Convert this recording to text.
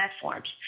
platforms